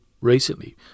recently